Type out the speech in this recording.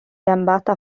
gambata